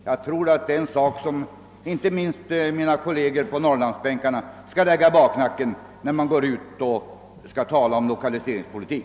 Jag tror att detta är en sak som inte minst mina kolleger på Norrlandsbänken skall hålla i bakhuvudet när de talar om lokaliseringspolitik.